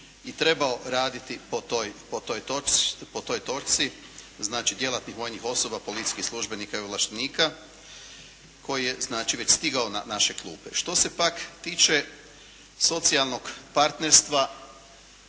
i trebao raditi po toj točci, znači djelatnih vojnih osoba, policijskih službenika i ovlaštenika koji je znači već stigao na naše klupe. Što se pak tiče socijalnog partnerstva